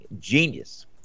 genius